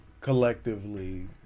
Collectively